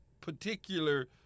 particular